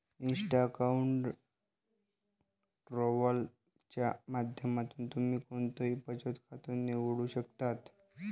Insta account travel च्या माध्यमातून तुम्ही कोणतंही बचत खातं निवडू शकता